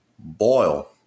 boil